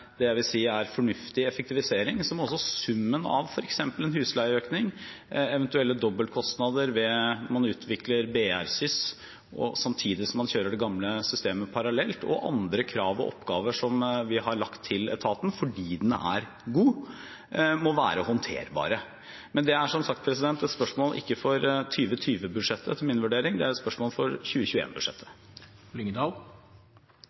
det jeg vil si er fornuftig effektivisering, må summen av f.eks. en husleieøkning, eventuelle dobbeltkostnader ved at man utvikler BRsys samtidig som man kjører det gamle systemet parallelt, og andre krav og oppgaver som vi har lagt til etaten, fordi den er god, være håndterbare. Men det er som sagt ikke et spørsmål for 2020-budsjettet, etter min vurdering, det er et spørsmål for